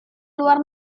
luar